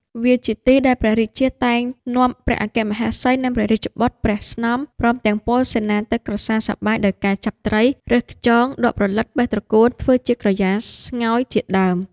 វាជាទីដែលព្រះរាជាតែងនាំព្រះអគ្គមហេសី និងព្រះរាជបុត្រ ព្រះស្នំ ព្រមទាំងពលសេនា ទៅក្រសាលសប្បាយដោយការចាប់ត្រី រើសខ្យង ដកព្រលិត បេះត្រកួន ធ្វើជាក្រយាស្ងោយជាដើម ។